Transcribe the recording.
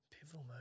Pivotal